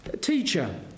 Teacher